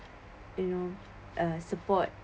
you know uh support